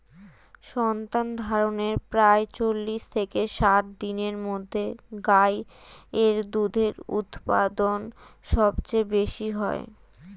সন্তানধারণের প্রায় চল্লিশ থেকে ষাট দিনের মধ্যে গাই এর দুধের উৎপাদন সবচেয়ে বেশী হয়